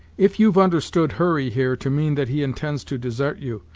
if you've understood hurry, here, to mean that he intends to desart you,